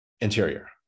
Interior